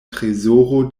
trezoro